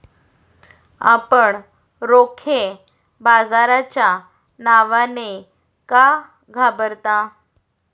आपण रोखे बाजाराच्या नावाने का घाबरता?